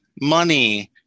money